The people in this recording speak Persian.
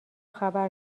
خبر